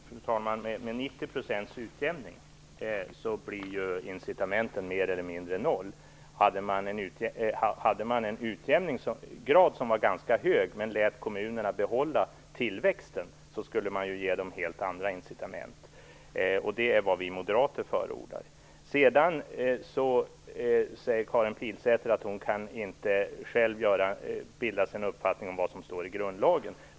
Fru talman! Med 90 % utjämning blir ju incitamenten mer eller mindre noll. Hade man en utjämningsgrad som var ganska hög, men lät kommunerna behålla tillväxten, skulle man ju ge dem helt andra incitament. Det är vad vi moderater förordar. Karin Pilsäter säger att hon inte själv kan bilda sig en uppfattning om vad som står i grundlagen.